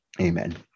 amen